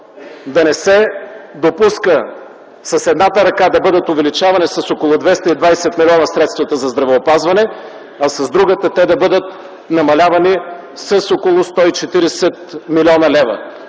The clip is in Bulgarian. да не се допуска – с едната ръка да бъдат увеличавани с около 220 млн. лв. средствата за здравеопазване, а с другата те да бъдат намалявани с около 140 млн. лв.